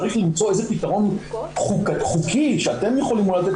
צריך למצוא פתרון חוקי שאתם יכולים אולי לתת,